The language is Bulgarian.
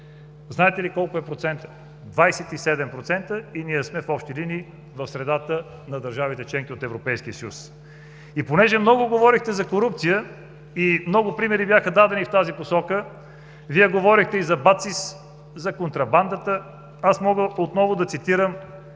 Двадесет и седем процента и ние сме в общи линии в средата на държавите – членки на Европейския съюз. Понеже много говорихте за корупция и много примери бяха дадени в тази посока, Вие говорехте и за БАЦИС, за контрабандата, мога отново да цитирам